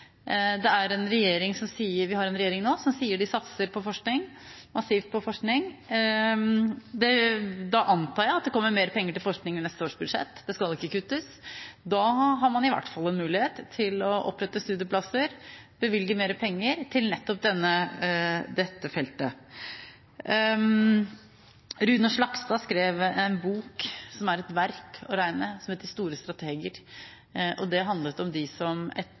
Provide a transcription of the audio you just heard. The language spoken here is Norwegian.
Vi har en regjering nå som sier at de satser massivt på forskning. Da antar jeg at det kommer mer penger til forskning i neste års budsjett – det skal ikke kuttes. Da har man i hvert fall en mulighet til å opprette studieplasser og bevilge mer penger til nettopp dette feltet. Rune Slagstad har skrevet en bok, som er for et verk å regne, som heter «De nasjonale strateger». Det handler om dem som